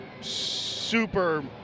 Super